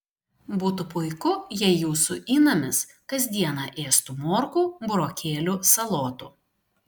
būtų puiku jei jūsų įnamis kas dieną ėstų morkų burokėlių salotų